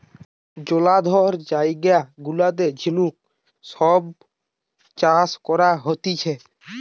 জলাধার জায়গা গুলাতে ঝিনুক সব চাষ করা হতিছে